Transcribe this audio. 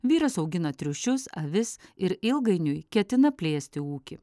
vyras augina triušius avis ir ilgainiui ketina plėsti ūkį